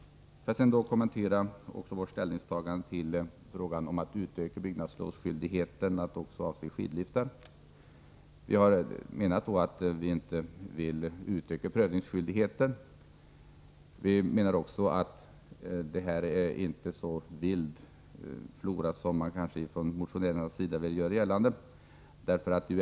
Låt mig sedan kommentera vårt ställningstagande till frågan om att utöka byggnadslovsskyldigheten till att också avse skidliftar. Vi har inte velat utöka prövningsskyldigheten, och vi menar att det inte är fråga om en så vild flora som motionärerna kanske vill göra gällande.